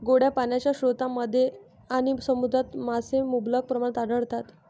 गोड्या पाण्याच्या स्रोतांमध्ये आणि समुद्रात मासे मुबलक प्रमाणात आढळतात